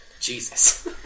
Jesus